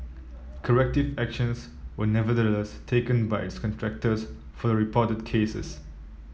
corrective actions were nevertheless taken by its contractors for the reported cases